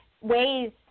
ways